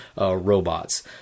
robots